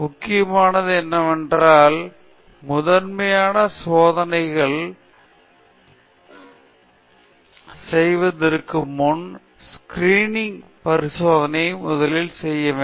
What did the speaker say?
முக்கியமானது என்னவென்றால் முதன்மையான சோதனைகள் செய்வதற்கு முன் ஸ்கிரீனிங் பரிசோதனையையும் முதலில் செய்ய வேண்டும்